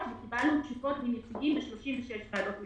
וקיבלנו תשובות מנציגים ב-36 ועדות מקומיות.